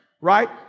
right